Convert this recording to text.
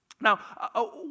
Now